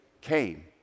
came